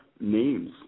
Names